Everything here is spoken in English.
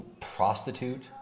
prostitute